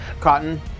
Cotton